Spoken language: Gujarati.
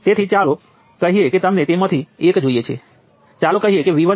તેથી આ સમીકરણ છે જે આપણી પાસે છે અને અન્ય બે સમીકરણો સુપર નોડ અને નોડ 3 પરથી છે